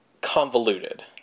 convoluted